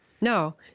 no